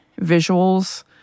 visuals